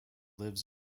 lives